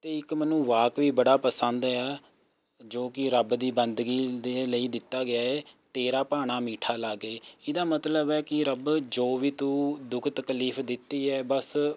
ਅਤੇ ਇੱਕ ਮੈਨੂੰ ਵਾਕ ਵੀ ਬੜਾ ਪਸੰਦ ਹੈ ਜੋ ਕਿ ਰੱਬ ਦੀ ਬੰਦਗੀ ਦੇ ਲਈ ਦਿੱਤਾ ਗਿਆ ਹੈ ਤੇਰਾ ਭਾਣਾ ਮੀਠਾ ਲਾਗੈ ਇਹਦਾ ਮਤਲਬ ਹੈ ਕਿ ਰੱਬ ਜੋ ਵੀ ਤੂੰ ਦੁੱਖ ਤਕਲੀਫ਼ ਦਿੱਤੀ ਹੈ ਬਸ